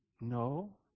No